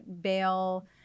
bail